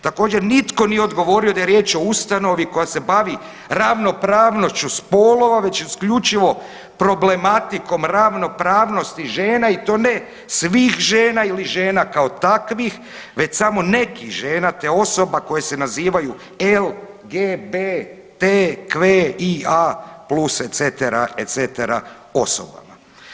Također nitko nije odgovorio da je riječ o ustanovi koja se bavi ravnopravnošću spolova već isključivo problematikom ravnopravnosti žena i to ne svih žena ili žena kao takvih već samo nekih žena te osoba koje se nazivaju LGBTQIA plus et cetera, et cetera osoba.